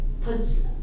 puts